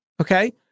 okay